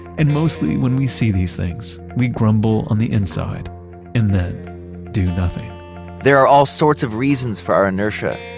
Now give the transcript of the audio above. and mostly, when we see these things, we grumble on the inside and then do nothing there are all sorts of reasons for our inertia.